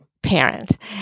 Parent